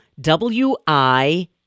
W-I-